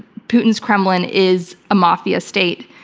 putin's kremlin is a mafia state.